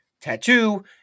tattoo